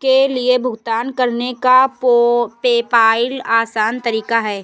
के लिए भुगतान करने का पेपॉल आसान तरीका है